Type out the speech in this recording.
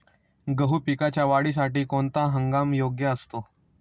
गहू पिकाच्या वाढीसाठी कोणता हंगाम योग्य असतो?